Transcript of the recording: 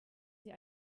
sie